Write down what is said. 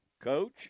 coach